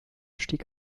stieg